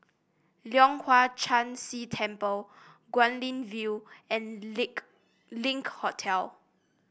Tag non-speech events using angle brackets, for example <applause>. Leong Hwa Chan Si Temple Guilin View and <unintelligible> Link Hotel